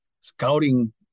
scouting